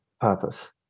purpose